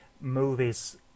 movies